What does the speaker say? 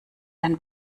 dein